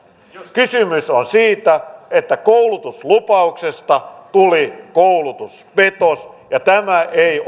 kysymys on siitä että koulutuslupauksesta tuli koulutuspetos ja tämä ei